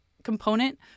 component